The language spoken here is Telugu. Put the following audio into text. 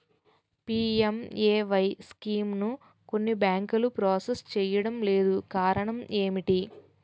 పి.ఎం.ఎ.వై స్కీమును కొన్ని బ్యాంకులు ప్రాసెస్ చేయడం లేదు కారణం ఏమిటి?